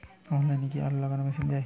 অনলাইনে কি আলু লাগানো মেশিন পাব?